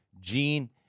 gene